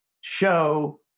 show